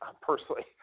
personally